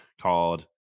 called